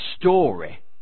story